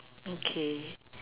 okay